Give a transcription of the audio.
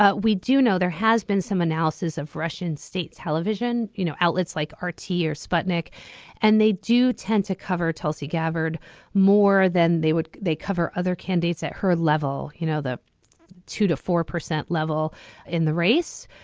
ah we do know there has been some analysis of russian state television you know outlets like r t. or sputnik and they do tend to cover tulsi gathered more than they would they cover other candidates at her level. you know the two to four percent level in the race.